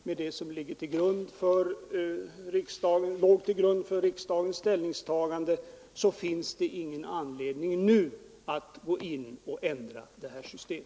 Av vad jag här har sagt framgår att det inte finns tillräckliga skäl för att ändra detta system.